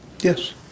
Yes